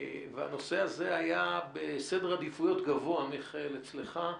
והנושא היה בסדר עדיפויות גבוה, מיכאל, אצלך,